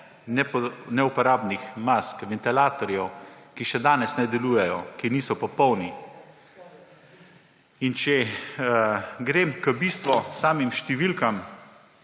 neuporabnih mask, ventilatorjev, ki še danes ne delujejo, ki niso popolni. In če grem k bistvu, samim številkam,